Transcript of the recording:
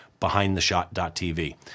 behindtheshot.tv